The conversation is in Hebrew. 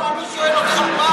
לא, אני שואל אותך, מה?